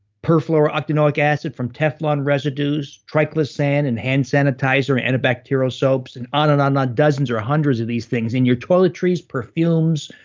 perfluorooctanoic acid from teflon residues, triclosan in hand sanitizer and antibacterial soaps, and on, and on, and on. dozens or hundreds of these things in your toiletries, perfumes,